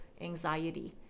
anxiety